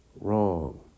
wrong